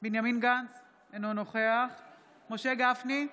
בנימין גנץ, אינו נוכח משה גפני,